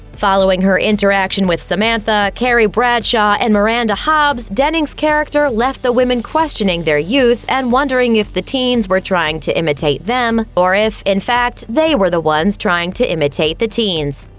following her interaction with samantha, carrie bradshaw and miranda hobbes, denning's character left the women questioning their youth and wondering if the teens were trying to imitate them, or if, in fact, they were the ones trying to imitate the teens.